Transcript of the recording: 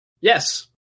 Yes